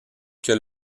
que